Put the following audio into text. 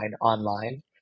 online